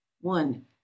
one